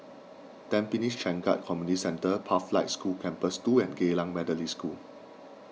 Tampines Changkat Community Centre Pathlight School Campus two and Geylang Methodist School